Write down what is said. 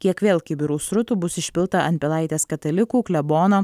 kiek vėl kibirų srutų bus išpilta ant pilaitės katalikų klebono